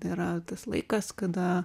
tai yra tas laikas kada